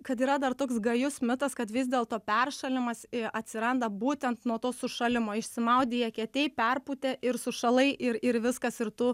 kad yra dar toks gajus mitas kad vis dėlto peršalimas atsiranda būtent nuo to sušalimo išsimaudi eketėj perpūtė ir sušalai ir ir viskas ir tu